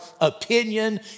opinion